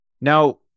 Now